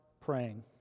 praying